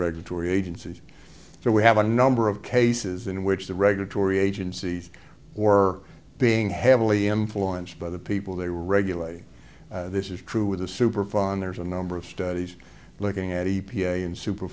regulatory agencies so we have a number of cases in which the regulatory agencies were being heavily influenced by the people they regulate this is true with the superfund there's a number of studies looking at e p a and super